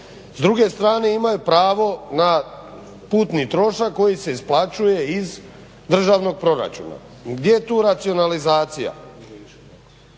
S druge strane imaju pravo na putni trošak koji se isplaćuje iz državnog proračuna. Gdje je tu racionalizacija?